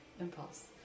impulse